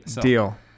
Deal